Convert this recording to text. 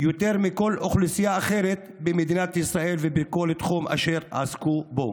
יותר מכל אוכלוסייה אחרת במדינת ישראל ובכל תחום אשר עסקו בו.